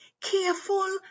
Careful